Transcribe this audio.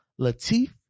Latif